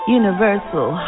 universal